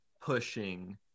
pushing